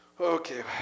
Okay